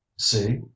See